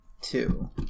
two